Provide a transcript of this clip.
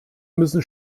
müssen